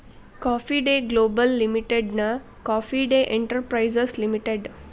coffee Day Global ಲಿಮಿಟೆಡ್ನ Coffee Day Enterprises limited